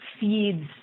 feeds